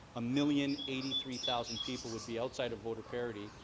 a million eighty three thousand people would be outside of voter parody.